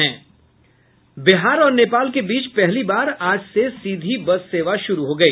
बिहार और नेपाल के बीच पहली बार आज से सीधी बस सेवा शुरू हो गई